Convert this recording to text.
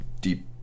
deep